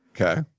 Okay